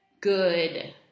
good –